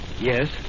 Yes